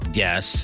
yes